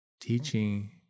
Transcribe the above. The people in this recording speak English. teaching